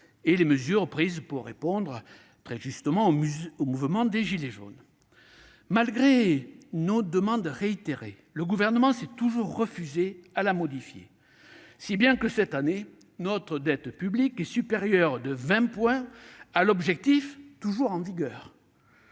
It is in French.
et les mesures prises pour répondre- très justement -au mouvement des « gilets jaunes ». Malgré nos demandes réitérées, le Gouvernement s'est toujours refusé à la modifier, si bien que, cette année, notre dette publique est supérieure de 20 points à l'objectif toujours en vigueur.